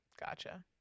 gotcha